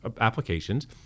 applications